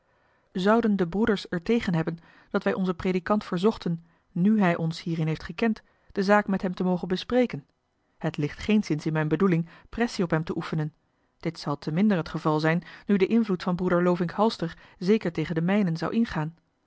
zouden de broeders er tegen hebben dat wij onzen predikant verzochten nù hij ons hierin heeft gekend de zaak met hem te mogen bespreken het ligt geenszins in mijn bedoeling pressie op hem te oefenen dit zal te minder het geval zijn nu de invloed van broeder lovink halster zeker tegen den mijnen zou ingaan